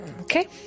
Okay